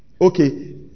Okay